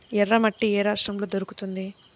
ఎర్రమట్టి ఏ రాష్ట్రంలో దొరుకుతుంది?